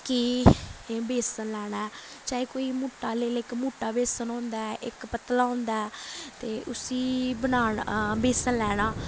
कि एह् बेसन लैना ऐ चाहे कोई मुट्टा लेई लै इक मुट्टा बेसन होंदा ऐ इक पतला होंदा ऐ ते उस्सी बनाना बेसन लैना